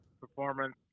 performance